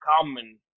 common